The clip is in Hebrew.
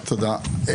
תודה.